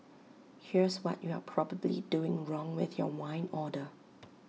here's what you are probably doing wrong with your wine order